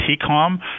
TCOM